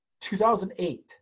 2008